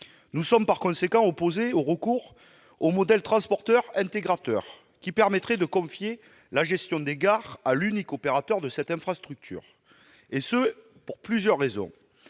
Nous sommes, par conséquent, opposés au recours au modèle « transporteur-intégrateur », qui permettrait de confier la gestion des gares au seul opérateur de ces infrastructures, et ce pour plusieurs raisons.